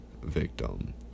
victim